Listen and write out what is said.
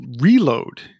reload